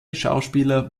schauspieler